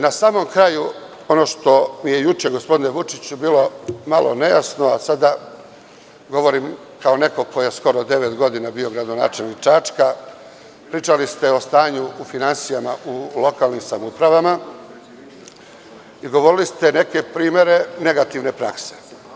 Na samom kraju, ono što je juče, gospodine Vučiću, bilo malo nejasno, a sada govorim kao neko ko je skoro devet godina bio gradonačelnik Čačka, pričali ste o stanju u finansijama u lokalnim samoupravama i govorili ste neke primere negativne prakse.